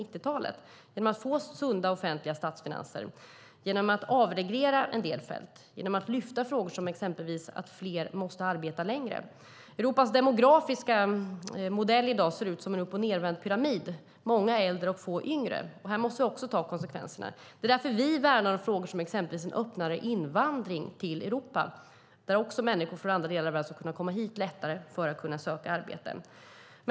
Vi gjorde det genom att skapa sunda offentliga statsfinanser, genom att avreglera en del fält och genom att lyfta frågor som exempelvis att fler måste arbeta längre. Europas demografiska modell ser i dag ut som en uppochnedvänd pyramid med många äldre och få yngre. Här måste vi också ta konsekvenserna. Därför värnar vi till exempel om en öppnare invandring till Europa så att människor från andra delar av världen lättare kan komma hit och söka arbete.